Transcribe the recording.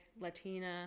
latina